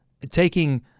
taking